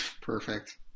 Perfect